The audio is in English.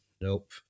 Nope